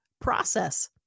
process